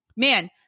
man